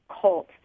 cult